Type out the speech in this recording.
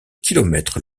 kilomètre